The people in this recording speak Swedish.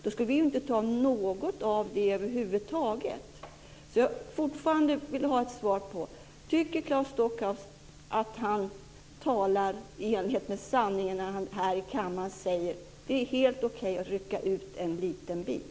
Då skulle vi inte anta något av det över huvud taget. Jag vill fortfarande ha ett svar på om Claes Stockhaus tycker att han talar i enlighet med sanningen när han här i kammaren säger att det är helt okej att rycka ut en liten bit.